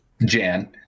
Jan